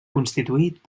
constituït